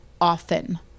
often